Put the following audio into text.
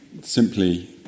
simply